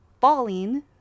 falling